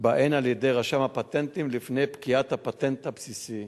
בהן על-ידי רשם הפטנטים לפני פקיעת הפטנט הבסיסי.